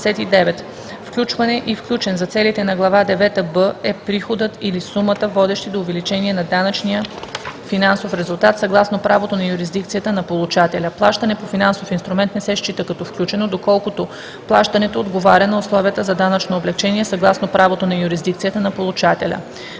„Включване“и „включен“ за целите на глава девета „б“ е приходът или сумата, водещи до увеличение на данъчния финансов резултат съгласно правото на юрисдикцията на получателя. Плащане по финансов инструмент не се счита като включено, доколкото плащането отговаря на условията за данъчно облекчение съгласно правото на юрисдикцията на получателя.